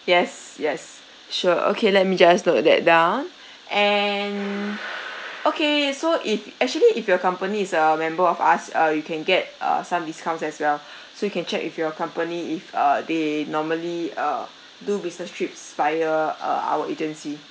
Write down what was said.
yes yes sure okay let me just note that down and okay so it actually if your company is a member of us uh you can get uh some discounts as well so you can check if your company if uh they normally uh do business trips via uh our agency